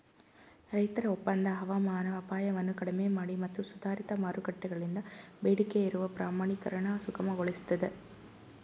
ರೈತರ ಒಪ್ಪಂದ ಹವಾಮಾನ ಅಪಾಯವನ್ನು ಕಡಿಮೆಮಾಡಿ ಮತ್ತು ಸುಧಾರಿತ ಮಾರುಕಟ್ಟೆಗಳಿಂದ ಬೇಡಿಕೆಯಿರುವ ಪ್ರಮಾಣೀಕರಣ ಸುಗಮಗೊಳಿಸ್ತದೆ